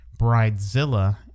bridezilla